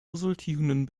resultierenden